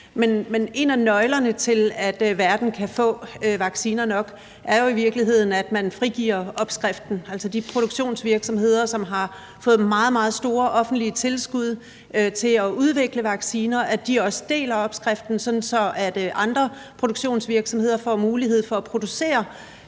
Men en af nøglerne til, at verden kan få vacciner nok, er jo i virkeligheden, at man frigiver opskriften, altså at de produktionsvirksomheder, som har fået meget, meget store offentlige tilskud til at udvikle vacciner, også deler opskriften, sådan at andre produktionsvirksomheder får mulighed for at producere.